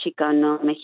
Chicano